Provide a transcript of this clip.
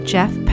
Jeff